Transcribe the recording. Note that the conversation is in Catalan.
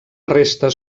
restes